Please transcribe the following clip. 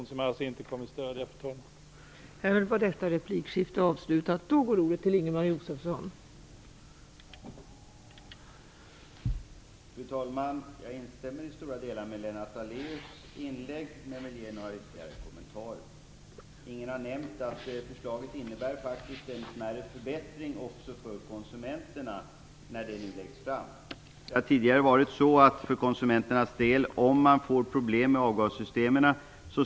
Jag kommer alltså inte att stödja denna reservation, fru talman.